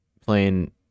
playing